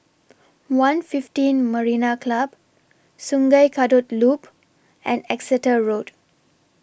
one fifteen Marina Club Sungei Kadut Loop and Exeter Road